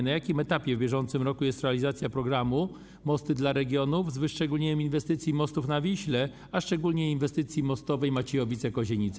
Na jakim etapie w bieżącym roku jest realizacja programu ˝Mosty dla regionów˝, z wyszczególnieniem inwestycji mostowych na Wiśle, a szczególnie inwestycji mostowej Maciejowice - Kozienice?